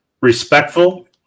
respectful